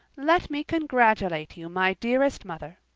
let me congratulate you, my dearest mother!